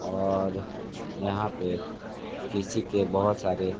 और यहाँ पर कृषि के बहुत सारे